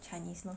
Chinese lor